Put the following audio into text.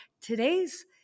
today's